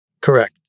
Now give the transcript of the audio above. Correct